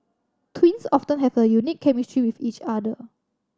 twins often have a unique chemistry with each other